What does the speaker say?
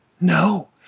no